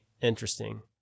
interesting